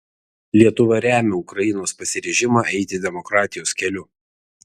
lietuva remia ukrainos pasiryžimą eiti demokratijos keliu